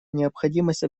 необходимость